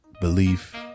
belief